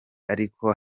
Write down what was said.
ariko